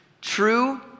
True